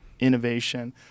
innovation